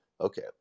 okay